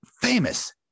famous